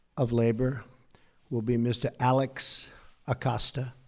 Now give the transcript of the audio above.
of labor will be mr. alex acosta.